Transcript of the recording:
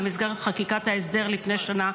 במסגרת חקיקת ההסדר לפני שנה,